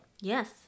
Yes